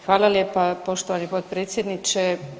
Hvala lijepa poštovani potpredsjedniče.